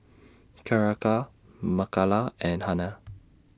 Keira Mikala and Hannah